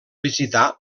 visitar